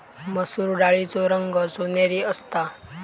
मसुर डाळीचो रंग सोनेरी असता